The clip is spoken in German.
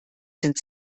denn